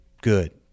good